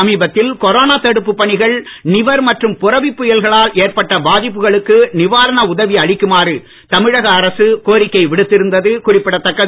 சமீபத்தில் கொரோனா தடுப்பு பணிகள் நிவர் மற்றும் புரவி புயல்களால் ஏற்பட்ட பாதிப்புகளுக்கு நிவாரண உதவி அளிக்குமாறு தமிழக அரசு கோரிக்கை விடுத்திருந்தது குறிப்பிடத் தக்கது